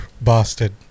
bastard